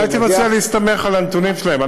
לא הייתי מציע להסתמך על הנתונים שלהם.